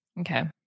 Okay